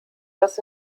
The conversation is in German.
das